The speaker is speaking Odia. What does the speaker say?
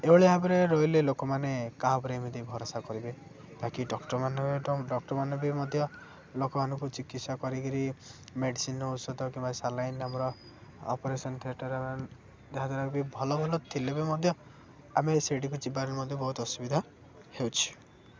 ଏଭଳିଆ ଭାବରେ ରହିଲେ ଲୋକମାନେ କାହା ଉପରେ ଏମିତି ଭରସା କରିବେ ବାକି ଡକ୍ଟରମାନେ ଡକ୍ଟରମାନେ ବି ମଧ୍ୟ ଲୋକମାନଙ୍କୁ ଚିକିତ୍ସା କରିକିରି ମେଡିସିନ୍ ଔଷଧ କିମ୍ବା ସାଲାଇନ୍ ଆମର ଅପରେସନ ଥିଏଟର ଯାହାଦ୍ୱାରା ବି ଭଲ ଭଲ ଥିଲେ ବି ମଧ୍ୟ ଆମେ ସେଠିକୁ ଯିବାରେ ମଧ୍ୟ ବହୁତ ଅସୁବିଧା ହେଉଛି